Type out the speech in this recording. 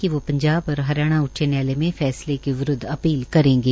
कि वोह पंजाब और हरियाणा उच्च न्यायालय में फैसले के विरूदव अपील करेंगे